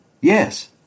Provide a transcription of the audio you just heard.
Yes